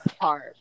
hard